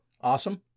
Awesome